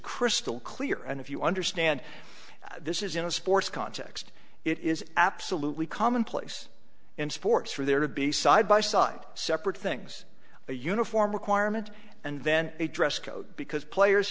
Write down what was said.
crystal clear and if you understand this is in a sports context it is absolutely commonplace in sports for there to be side by side separate things a uniform requirement and then a dress code because players